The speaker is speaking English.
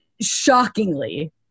shockingly